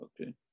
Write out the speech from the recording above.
Okay